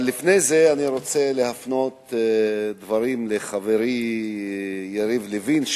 אבל לפני זה אני רוצה להפנות דברים לחברי יריב לוין,